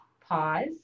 pause